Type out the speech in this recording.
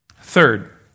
Third